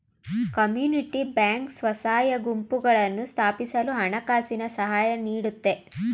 community bank ಸ್ವಸಹಾಯ ಗುಂಪುಗಳನ್ನು ಸ್ಥಾಪಿಸಲು ಹಣಕಾಸಿನ ಸಹಾಯ ನೀಡುತ್ತೆ